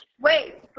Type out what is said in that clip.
Wait